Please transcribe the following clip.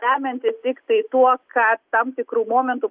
remiantis tiktai tuo kad tam tikru momentu